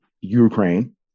Ukraine